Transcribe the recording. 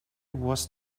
was